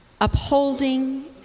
upholding